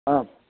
आम्